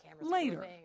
later